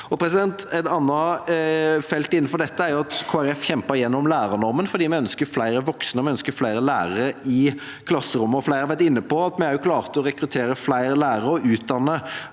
fri lek. Et annet felt innenfor dette er at Kristelig Folkeparti kjempet gjennom lærernormen, for vi ønsker flere voksne og flere lærere i klasserommet. Flere har vært inne på at vi også klarte å rekruttere flere lærere og utdanne